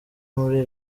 muri